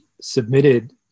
submitted